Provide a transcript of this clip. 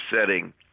setting